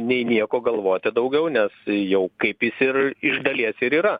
nei nieko galvoti daugiau nes jau kaip jis ir iš dalies ir yra